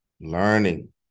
learning